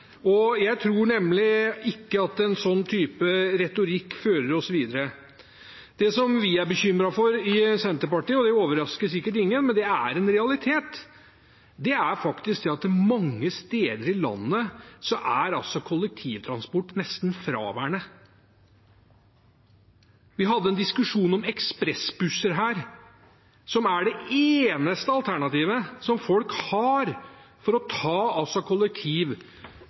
og jeg tror nemlig ikke at en sånn type retorikk fører oss videre. Det som vi i Senterpartiet er bekymret for – og det overrasker sikkert ingen, men det er en realitet – er at mange steder i landet er kollektivtransport nesten fraværende. Vi hadde en diskusjon her om ekspressbusser, som er det eneste alternativet folk har for å ta